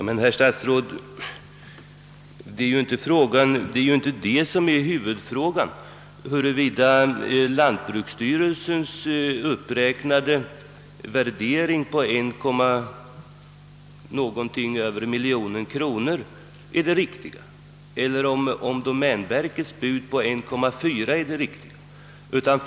Herr talman! Men, herr statsråd, huvudfrågan är ju inte huruvida lantbruksstyrelsens uppräknade värdering på 1,1 miljon kronor är den riktiga eller om domänverkets : bud på 1,4 miljon kronor är den riktiga värderingen.